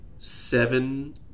seven